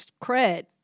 cred